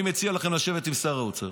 אני מציע לכם לשבת עם שר האוצר